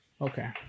Okay